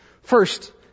First